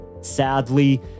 Sadly